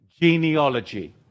Genealogy